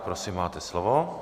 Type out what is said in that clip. Prosím, máte slovo.